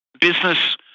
business